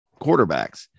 quarterbacks